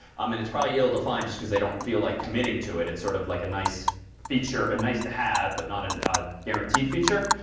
um and it's probably ill-defined just because they don't feel like committing to it. it's sort of like a nice feature. and nice to have but not and a guaranteed feature.